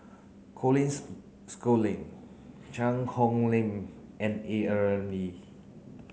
Colin Schooling Cheang Hong Lim and A Ramli